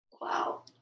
Wow